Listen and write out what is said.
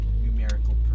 numerical